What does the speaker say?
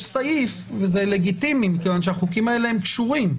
סעיף וזה לגיטימי מכיוון שהחוקים האלה קשורים.